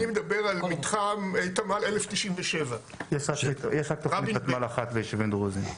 אני מדבר על מתחם תמ"ל 1097. יש רק תוכנית ותמ"ל אחת ליישובים דרוזים.